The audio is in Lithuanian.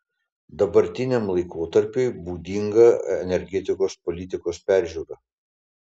dabartiniam laikotarpiui būdinga energetikos politikos peržiūra